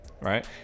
right